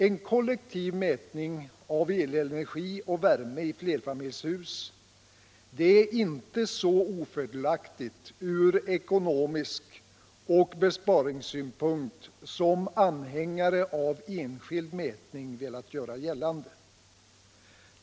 En kollektiv mätning av elenergi och värme i flerfamiljshus är inte så ofördelaktig ur ekonomisk synpunkt och besparingssynpunkt som anhängare av enskild mätning velat göra gällande.